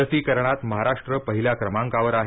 लसीकरणात महाराष्ट्र पहिल्या क्रमांकावर आहे